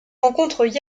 rencontrent